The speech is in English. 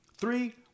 three